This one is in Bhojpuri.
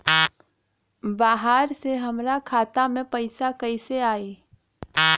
बाहर से हमरा खाता में पैसा कैसे आई?